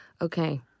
okay